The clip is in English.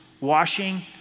washing